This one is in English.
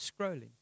scrolling